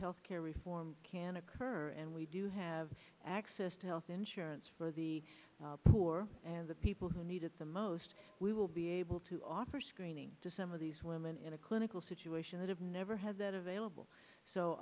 health care reform can occur and we do have access to health insurance for the poor and the people who need it the most we will be able to offer screening to some of these women in a clinical situation that have never had that available so